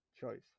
choice